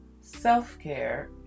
Self-care